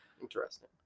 Interesting